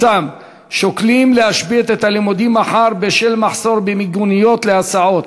ששוקלים להשבית את הלימודים מחר בשל מחסור במיגוניות להסעות,